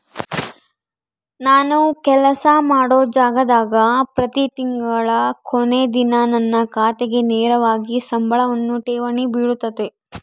ನಾನು ಕೆಲಸ ಮಾಡೊ ಜಾಗದಾಗ ಪ್ರತಿ ತಿಂಗಳ ಕೊನೆ ದಿನ ನನ್ನ ಖಾತೆಗೆ ನೇರವಾಗಿ ಸಂಬಳವನ್ನು ಠೇವಣಿ ಬಿಳುತತೆ